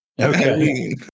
Okay